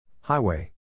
Highway